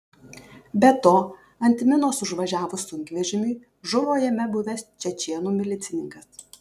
be to ant minos užvažiavus sunkvežimiui žuvo jame buvęs čečėnų milicininkas